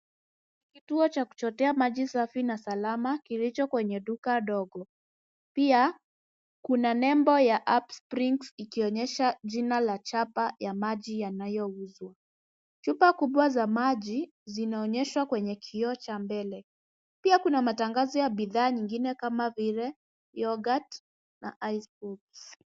Kituo cha kuchotea maji safi na salama, kilicho kwenye duka dogo. Pia kuna nembo ya Upsprings, ikionyesha jina la chapa ya maji yanayouzwa. Chupa kubwa za maji zinaonyeshwa kwenye kioo cha mbele, pia kuna matangazo ya bidhaa nyingine kama vile yoghurt na icecream .